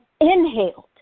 inhaled